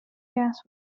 gas